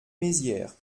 mézières